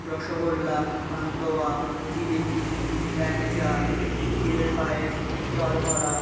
রসগোল্লা পান্তুয়া জিলিপি ল্যাংচা ক্ষীরের পায়েস জলভরা